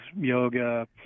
yoga